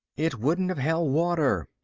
it wouldn't have held water.